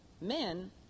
men